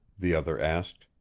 the other asked.